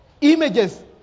Images